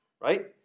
right